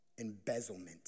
embezzlement